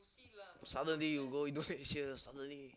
suddenly you go Indonesia suddenly